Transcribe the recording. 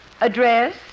Address